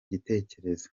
gitekerezo